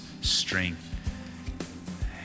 strength